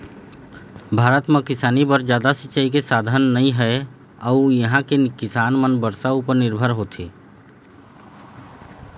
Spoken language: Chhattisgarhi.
भारत म किसानी बर जादा सिंचई के साधन नइ हे अउ इहां के किसान मन बरसा उपर निरभर होथे